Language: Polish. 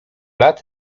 lat